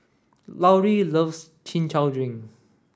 Lauri loves chin chow drink